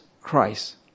Christ